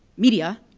media,